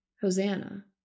Hosanna